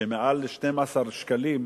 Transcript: שמעל ל-12 שקלים.